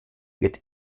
wird